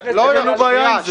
אין לנו בעיה עם זה.